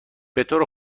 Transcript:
بطور